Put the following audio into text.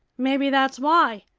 maybe that's why!